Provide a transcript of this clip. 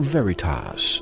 Veritas